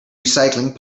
recycling